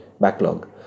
backlog